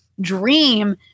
dream